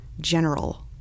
general